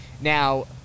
now